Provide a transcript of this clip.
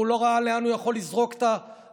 הוא לא ראה לאן הוא יכול לזרוק את הרימון,